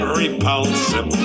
repulsive